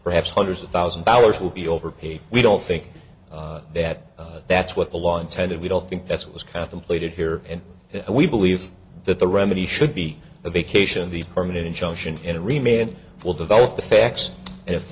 perhaps hundreds of thousand dollars will be overpaid we don't think that that's what the law intended we don't think that's what was contemplated here and if we believe that the remedy should be a vacation the permanent injunction to remain will develop the facts